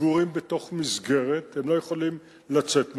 סגורים בתוך מסגרת, הם לא יכולים לצאת ממנה,